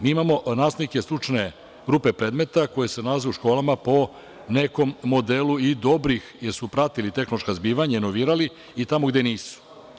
Mi imamo nastavnike stručne grupe predmeta koji se nalaze u školama po nekom modelu, jer su pratili tehnološka zbivanja, inovirali i tamo gde nisu.